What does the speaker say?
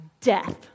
death